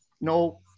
no